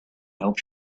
hope